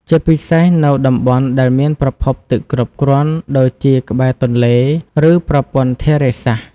ជាពិសេសនៅតំបន់ដែលមានប្រភពទឹកគ្រប់គ្រាន់ដូចជាក្បែរទន្លេ ឬប្រព័ន្ធធារាសាស្ត្រ។